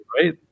right